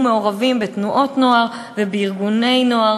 מעורבים בתנועות נוער ובארגוני נוער,